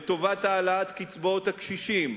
לטובת העלאת קצבאות הקשישים,